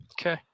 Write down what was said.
okay